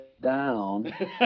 down